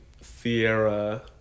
Sierra